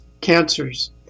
cancers